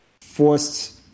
forced